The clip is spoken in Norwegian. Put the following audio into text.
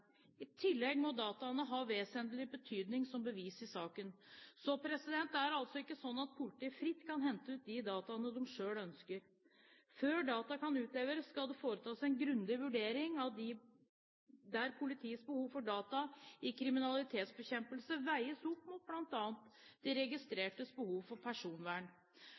I tillegg må dataene ha vesentlig betydning som bevis i saken. Det er altså ikke slik at politiet fritt kan hente ut de dataene de selv ønsker. Før data kan utleveres, skal det foretas en grundig vurdering der politiets behov for data i kriminalitetsbekjempelsen veies opp mot bl.a. de registrertes behov for personvern.